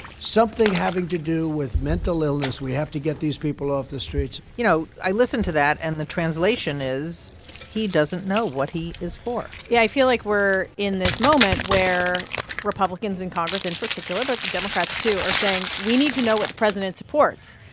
something having to do with mental illness. we have to get these people off the streets you know, i listen to that, and the translation is he doesn't know what he is for yeah. i feel like we're in this moment where republicans in congress in particular, but democrats, too, are saying we need to know what the president supports.